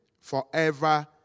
forever